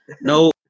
No